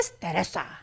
Teresa